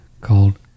called